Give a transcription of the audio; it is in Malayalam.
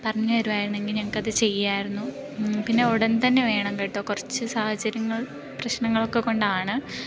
പറഞ്ഞുതരുവായിരുന്നെങ്കിൽ ഞങ്ങൾക്കത് ചെയ്യാമായിരുന്നു പിന്നെ ഉടൻ തന്നെ വേണംകേട്ടോ കുറച്ച് സാഹചര്യങ്ങൾ പ്രശ്നങ്ങൾ ഒക്കെ കൊണ്ടാണ്